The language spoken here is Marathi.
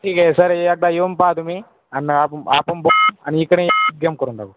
ठीक आहे सर एकदा येऊन पाहा तुम्ही आणि आप आपण बो आणि इकडे करून टाकू